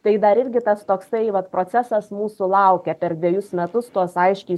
tai dar irgi tas toksai vat procesas mūsų laukia per dvejus metus tuos aiškiai